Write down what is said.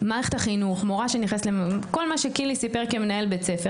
מערכת החינוך, כל מה שקינלי סיפר כמנהל בית ספר.